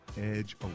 edge